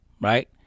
right